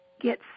get